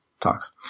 Talks